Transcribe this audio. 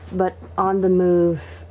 but on the move,